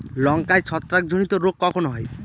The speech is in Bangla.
লঙ্কায় ছত্রাক জনিত রোগ কখন হয়?